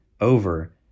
over